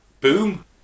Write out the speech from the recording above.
boom